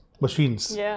machines